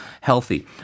healthy